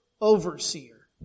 overseer